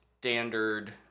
standard